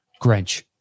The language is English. Grinch